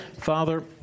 Father